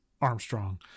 Armstrong